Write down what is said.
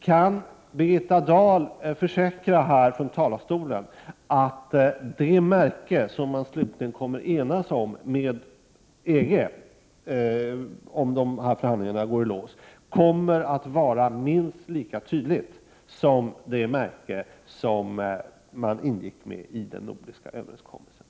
Kan Birgitta Dahl försäkra att det märke som man slutligen kommer att enas med EG om — om förhandlingarna går i lås — kommer att vara minst lika tydligt som det märke som man enades om vid den nordiska överenskommelsen?